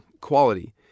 quality